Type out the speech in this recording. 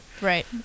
right